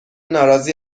ناراضی